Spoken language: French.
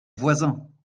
voisins